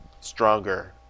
stronger